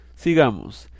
sigamos